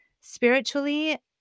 Spiritually